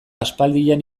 aspaldian